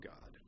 God